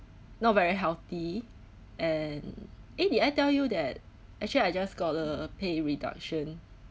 not very healthy and eh did I tell you that actually I just got a pay reduction